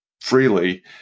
freely